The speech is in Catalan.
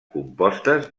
compostes